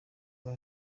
bwa